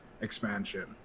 expansion